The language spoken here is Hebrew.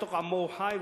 בתוך עמו הוא חי,